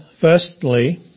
Firstly